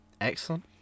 excellent